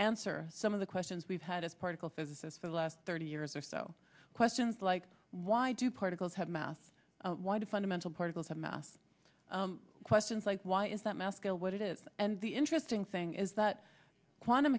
answer some of the questions we've had of particle physicists for the last thirty years or so questions like why do particles have mass why do fundamental particles have mass questions like why is that mass scale what it is and the interesting thing is that quantum